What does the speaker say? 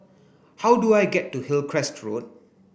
how do I get to Hillcrest Road